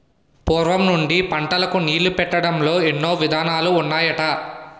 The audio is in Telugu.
పూర్వం నుండి పంటలకు నీళ్ళు పెట్టడంలో ఎన్నో విధానాలు ఉన్నాయట